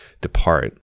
depart